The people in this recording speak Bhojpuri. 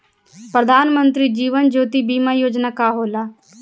प्रधानमंत्री जीवन ज्योति बीमा योजना का होला?